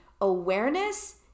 awareness